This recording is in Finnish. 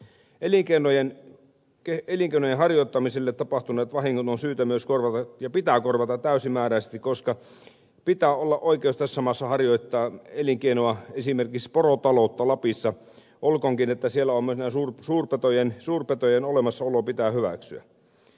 elinkeinojen harjoittamiselle tapahtuneet vahingot on syytä myös korvata ja ne pitää korvata täysimääräisesti koska pitää olla oikeus tässä maassa harjoittaa elinkeinoa esimerkiksi porotaloutta lapissa olkoonkin että siellä myös suurpetojen olemassaolo pitää hyväksyä